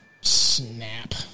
Snap